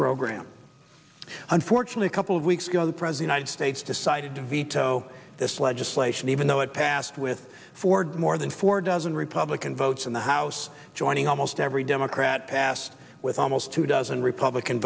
program unfortunately couple of weeks ago the president ited states decided to veto this legislation even though it passed with ford more than four dozen republican votes in the house joining almost every democrat passed with almost two dozen republican